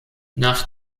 nach